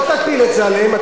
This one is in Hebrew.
אל תפיל את זה עליהם.